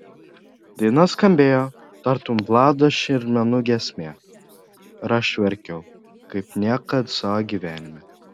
daina skambėjo tartum vlado šermenų giesmė ir aš verkiau kaip niekad savo gyvenime